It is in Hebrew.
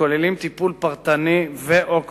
הכוללים טיפול פרטני ו/או קבוצתי,